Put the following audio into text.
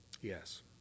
Yes